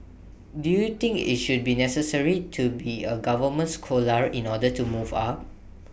do you think IT should be necessary to be A government scholar in order to move up